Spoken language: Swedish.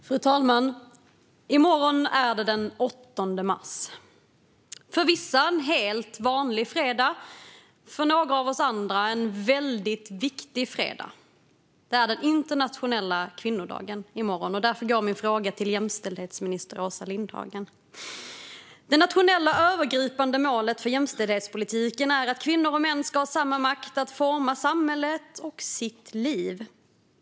Fru talman! I morgon är det den 8 mars. För vissa är det en helt vanlig fredag, och för några av oss andra är det en väldigt viktig fredag. Det är den internationella kvinnodagen i morgon, och därför går min fråga till jämställdhetsminister Åsa Lindhagen. Det nationella övergripande målet för jämställdhetspolitiken är att kvinnor och män ska ha samma makt att forma samhället och sitt liv.